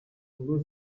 ngo